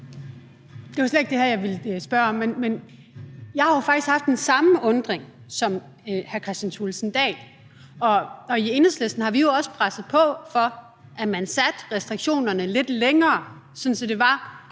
Det var slet ikke det her, jeg ville spørge om, men jeg har faktisk haft den samme undren, som hr. Kristian Thulesen Dahl har, og i Enhedslisten har vi jo også presset på for, at man satte restriktionerne lidt længere, sådan at